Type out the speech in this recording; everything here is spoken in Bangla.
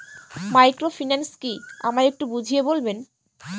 মাইক্রোফিন্যান্স কি আমায় একটু বুঝিয়ে বলবেন?